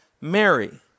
Mary